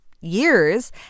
years